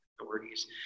authorities